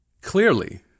Clearly